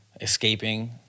escaping